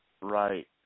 Right